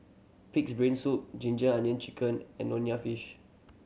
Pig's Brain Soup ginger onion chicken and nonya fish